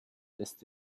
ist